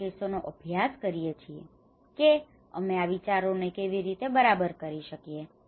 કેટલાક કેસોનો અભ્યાસ કરી છીએ કે અમે આ વિચારોને કેવી રીતે બરાબર કરી શકીએ